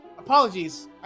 Apologies